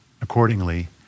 accordingly